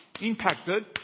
impacted